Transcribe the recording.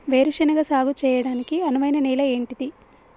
వేరు శనగ సాగు చేయడానికి అనువైన నేల ఏంటిది?